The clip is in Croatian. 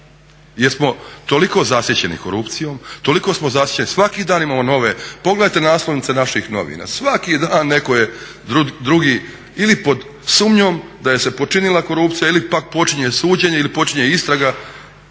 Jel smo toliko zasićeni korupcijom, toliko smo zasićeni, svaki dan imamo nove. Pogledajte naslovnice naših novina, svaki dan neko je drugi ili pod sumnjom da je se počinila korupcija ili pak počinje suđenje ili počinje istraga